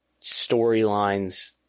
storylines